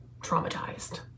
traumatized